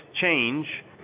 change